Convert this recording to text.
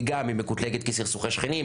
היא גם מקוטלגת כסכסוכי שכנים,